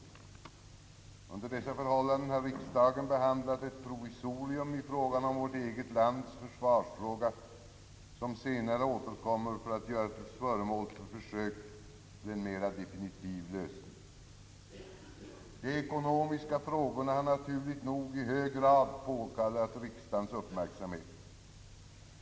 Under dessa förhållanden har riksdagen behandlat ett provisorium i fråga om vårt eget lands försvarsfråga som senare återkommer för att göras till föremål för försök till en mera definitiv lösning. De ekonomiska frågorna har naturligt nog i hög grad påkallat riksdagens uppmärksamhet.